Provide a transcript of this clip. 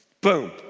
boom